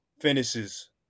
finishes